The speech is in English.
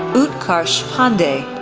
utkarsh pandey,